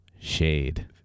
Shade